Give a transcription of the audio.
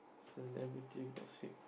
celebrity gossip